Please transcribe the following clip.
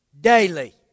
daily